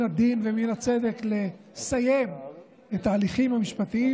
הדין ומן הצדק לסיים את ההליכים המשפטיים,